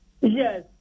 Yes